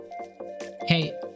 Hey